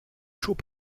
chauds